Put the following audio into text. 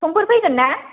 संफोर फैगोन ना